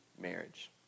marriage